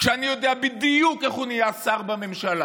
כשאני יודע בדיוק איך הוא נהיה שר בממשלה?